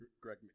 Greg